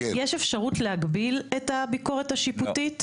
יש אפשרות להגביל בזמן את הביקורת השיפוטית?